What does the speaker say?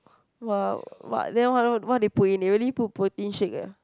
!wah! what then what what what they put in they really put protein shake ah